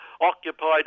occupied